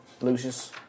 Lucius